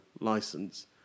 license